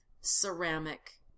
ceramic